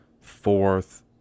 fourth